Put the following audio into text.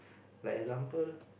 like example